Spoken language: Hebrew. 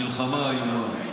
אנחנו עברנו מלחמה איומה,